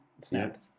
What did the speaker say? snapped